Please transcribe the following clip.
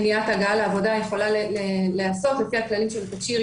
מניעת הגעה לעבודה יכולה להיעשות לפי הכללים של התקשי"ר,